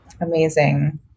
Amazing